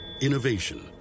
Innovation